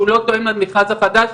שהוא לא תואם למכרז החדש,